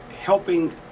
helping